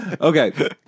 Okay